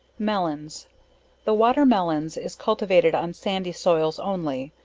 melons the water melons is cultivated on sandy soils only,